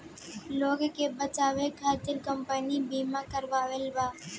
लोग के बचावे खतिर कम्पनी बिमा करावत बा